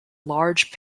large